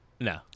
no